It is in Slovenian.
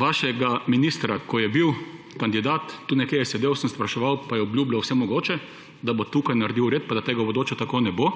Vašega ministra, ko je bil kandidat, tukaj nekje je sedel, sem spraševal, pa je obljubljal vse mogoče, da bo tukaj naredil red pa da tega v bodoče tako ne bo.